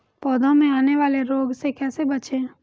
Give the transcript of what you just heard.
पौधों में आने वाले रोग से कैसे बचें?